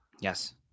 Yes